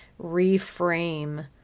reframe